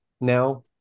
now